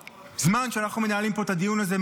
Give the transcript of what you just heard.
בזמן שאנחנו מנהלים פה את הדיון הזה,